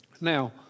Now